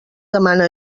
demana